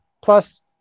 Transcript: Plus